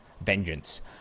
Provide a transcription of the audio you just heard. Vengeance